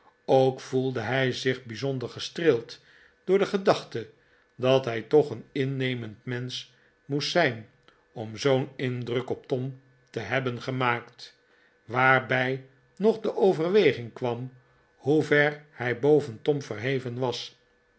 ook voelde hij zich bijzonder gestreeld door de gedachte dat hij toch een innemend mensch moest zijn om zoo'n indruk op tom te hebben gemaakt waarbij nog de overweging kwam hoever hij boven tom verheven was